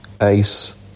Ace